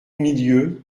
milieu